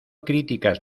críticas